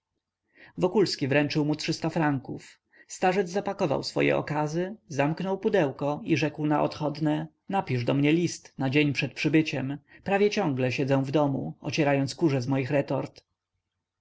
notatkę wokulski wręczył mu trzysta franków starzec zapakował swoje okazy zamknął pudełko i rzekł na odchodne napisz do mnie list na dzień przed przybyciem prawie ciągle siedzę w domu ocierając kurze z moich retort